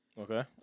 Okay